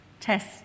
test